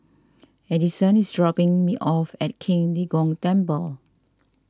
Addison is dropping me off at Qing De Gong Temple